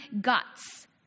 guts